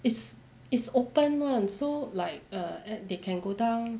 it's it's open [one] so like err they can go down